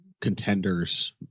contenders